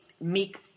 meek